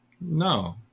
no